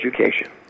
education